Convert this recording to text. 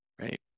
Right